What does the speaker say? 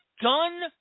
done